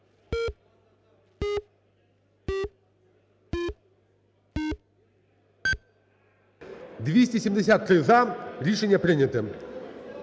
257 – за, рішення прийнято.